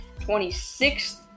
26th